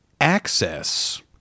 access